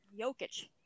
Jokic